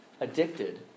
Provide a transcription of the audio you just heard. addicted